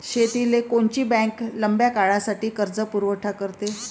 शेतीले कोनची बँक लंब्या काळासाठी कर्जपुरवठा करते?